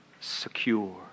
secure